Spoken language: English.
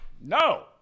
No